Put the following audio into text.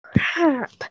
Crap